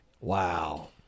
Wow